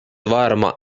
varma